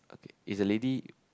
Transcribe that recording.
okay is the lady